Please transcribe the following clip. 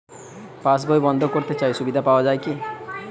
পাশ বই বন্দ করতে চাই সুবিধা পাওয়া যায় কি?